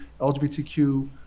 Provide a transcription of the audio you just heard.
LGBTQ